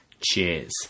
Cheers